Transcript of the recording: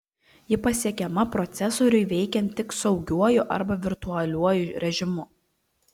ji pasiekiama procesoriui veikiant tik saugiuoju arba virtualiuoju režimu